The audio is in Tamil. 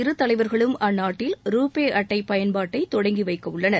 இரு தலைவர்களும் அந்நாட்டில் ரூபே அட்டை பயன்பாட்டை தொடங்கி வைக்கவுள்ளனார்